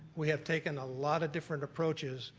we have taken a lot of different approaches,